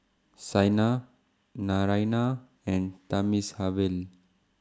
Saina Naraina and Thamizhavel